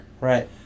Right